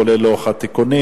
כולל לוח התיקונים,